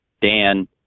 Dan